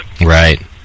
Right